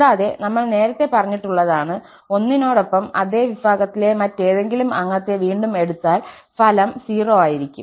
കൂടാതെ നമ്മൾ നേരത്തെ പറഞ്ഞിട്ടുള്ളതാണ് 1 നോടൊപ്പം അതെ വിഭാഗത്തിലെ മറ്റേതെങ്കിലും അംഗത്തെ വീണ്ടും എടുത്താൽ ഫലം 0 ആയിരിക്കും